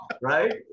right